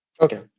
Okay